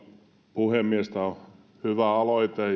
puhemies tämä on hyvä aloite